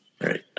right